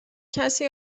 کسی